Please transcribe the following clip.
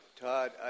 Todd